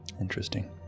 Interesting